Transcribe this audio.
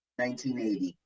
1980